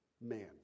man